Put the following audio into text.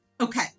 Okay